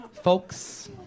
Folks